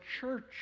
church